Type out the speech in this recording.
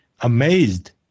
amazed